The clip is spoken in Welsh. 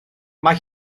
mae